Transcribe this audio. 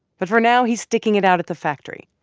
but for now, he's sticking it out at the factory,